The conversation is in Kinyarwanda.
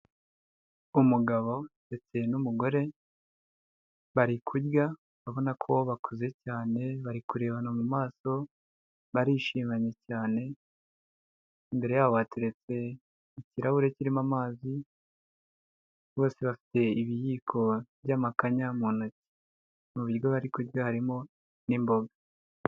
Umugabo ndetse n'umugore bari kurya, urabona ko bakuze cyane, bari kurebana mu maso, barishimanye cyane, imbere yabo hateretse ikirahure kirimo amazi, bose bafite ibiyiko by'amakanya mu ntoki. Mu biryo bari kurya harimo n'imboga.